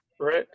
Right